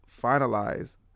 finalize